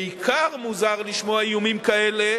בעיקר מוזר לשמוע איומים כאלה